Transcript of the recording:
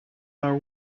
are